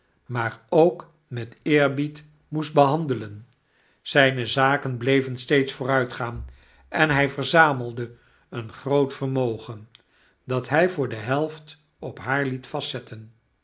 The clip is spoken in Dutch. maar ook met eerbied moest behandelen zyne zaken bleven steeds vooruitgaan en hy verzamelde een groot vermogen dat hy voor de helft op haar het vastzetten